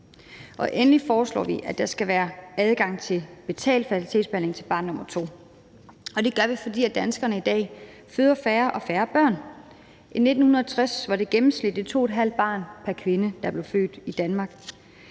Endelig foreslår vi, at der skal være adgang til betalt fertilitetsbehandling til barn nummer to, og det gør vi, fordi danskerne i dag føder færre og færre børn. I 1960 var der gennemsnitligt 2½ barn pr. kvinde, der blev ført i Danmark.